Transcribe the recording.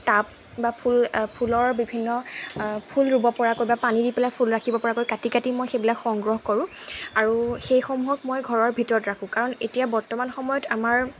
tub বা ফুল ফুলৰ বিভিন্ন ফুল ৰুব পৰাকৈ বা পানী দি পেলাই ফুল ৰাখিব পৰাকৈ কাটি কাটি মই সেইবিলাক সংগ্ৰহ কৰোঁ আৰু সেই সমূহক মই ঘৰৰ ভিতৰত ৰাখোঁ কাৰণ এতিয়া বৰ্তমান সময়ত আমাৰ